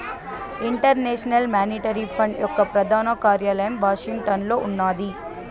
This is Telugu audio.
ఇంటర్నేషనల్ మానిటరీ ఫండ్ యొక్క ప్రధాన కార్యాలయం వాషింగ్టన్లో ఉన్నాది